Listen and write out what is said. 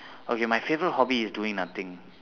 okay my favourite hobby is doing nothing